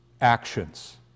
actions